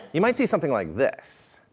you might see something like this,